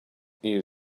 you